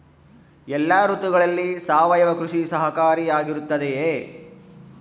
ಎಲ್ಲ ಋತುಗಳಲ್ಲಿ ಸಾವಯವ ಕೃಷಿ ಸಹಕಾರಿಯಾಗಿರುತ್ತದೆಯೇ?